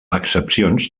excepcions